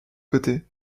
côté